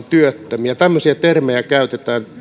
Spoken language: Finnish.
työttömiä tämmöisiä termejä käytetään